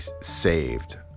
saved